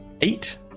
Eight